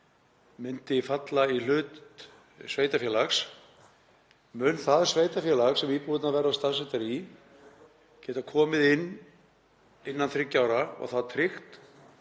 myndi falla í hlut sveitarfélags, mun það sveitarfélag sem íbúðirnar verða staðsettar í geta komið inn innan þriggja ára og þá tryggt